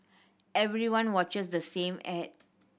everyone watches the same ad